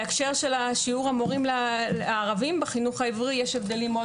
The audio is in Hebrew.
בהקשר של שיעור המורים הערבים בחינוך העברי יש הבדלים מאוד